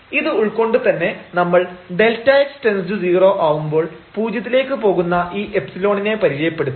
ഇത് ഉൾക്കൊണ്ടു തന്നെ നമ്മൾ Δx→0 ആവുമ്പോൾ പൂജ്യത്തിലേക്ക് പോകുന്ന ഈ ϵ നെ പരിചയപ്പെടുത്തി